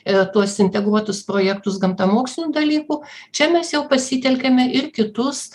ir tuos integruotus projektus gamtamokslinių dalykų čia mes jau pasitelkiame ir kitus